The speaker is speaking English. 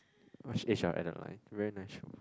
watch Age of Adaline very nice show